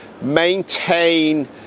maintain